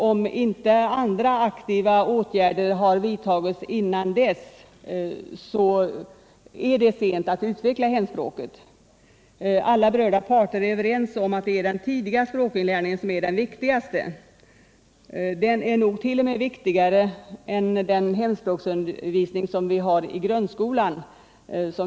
Om inte aktiva åtgärder har vidtagits före den tidpunkten är det svårt att utveckla hemspråket. Alla berörda parter är överens om att det är den tidiga språkinlärningen som är den viktigaste. Troligen är den t.o.m. viktigare än hemspråksundervisningen i grundskolan.